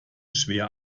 schwer